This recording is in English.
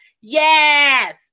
yes